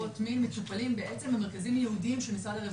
עבירות מין מטופלים בעצם במרכזיים ייעודיים של משד הרווחה.